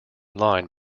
line